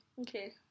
Okay